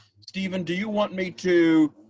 stephen, do you want me to